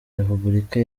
repubulika